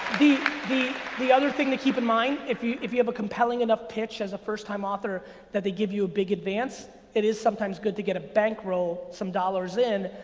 the the other thing to keep in mind if you if you have a compelling enough pitch as a first time author that they give you a big advance, it is sometimes good to get a bankroll, some dollars in,